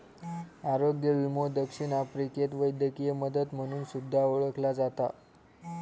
आरोग्य विमो दक्षिण आफ्रिकेत वैद्यकीय मदत म्हणून सुद्धा ओळखला जाता